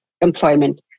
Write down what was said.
employment